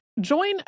Join